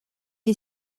est